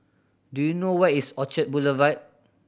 do you know where is Orchard Boulevard